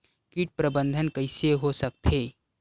कीट प्रबंधन कइसे हो सकथे?